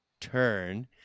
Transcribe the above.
turn